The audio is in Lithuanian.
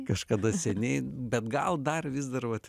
kažkada seniai bet gal dar vis dar vat